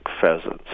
pheasants